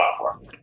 platform